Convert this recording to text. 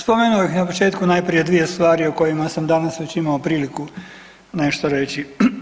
Spomenuo bih na početku najprije dvije stvari o kojima sam danas već imao priliku nešto reći.